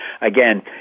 Again